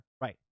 Right